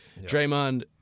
Draymond